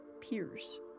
peers